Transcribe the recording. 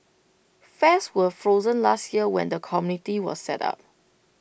fares were frozen last year when the committee was set up